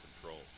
control